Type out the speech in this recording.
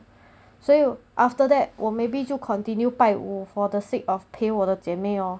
所以 after that 我 maybe 就 continue 拜五 for the sake of 陪我的姐妹 oh